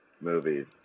movies